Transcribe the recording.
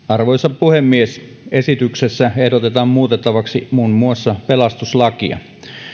arvoisa puhemies esityksessä ehdotetaan muutettavaksi muun muassa pelastuslakia